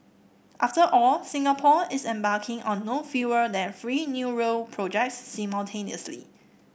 after all Singapore is embarking on no fewer than three new rail projects simultaneously